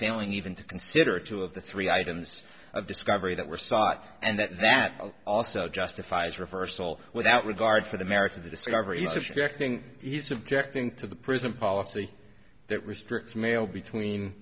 failing even to consider two of the three items of discovery that were sought and that that justifies reversal without regard for the merits of the discovery subjecting he's objecting to the prison policy that restricts male between